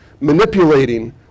manipulating